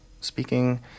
speaking